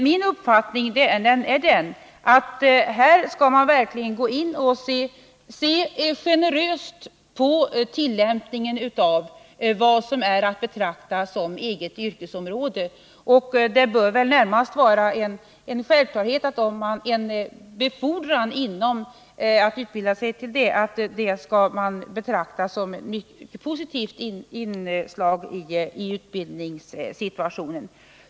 Min uppfattning är i stället den att man skall ha generösa regler för vad som är att betrakta som eget yrkesområde. Det är väl närmast självklart att en utbildning för befordran inom eget yrke skall betraktas som ett mycket positivt inslag i utbildningssituationen.